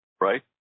right